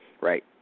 Right